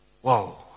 Whoa